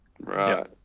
Right